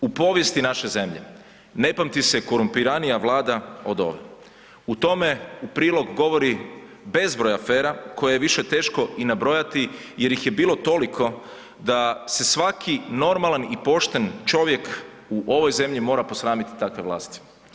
U povijesti naše zemlje ne pamti se korumpiranija Vlada od ove, tome u prilog govori bezbroj afera koje ih je više teško i na brojati jer ih je bilo toliko da se svaki normalan i pošten čovjek u ovoj zemlji mora posramiti takve vlasti.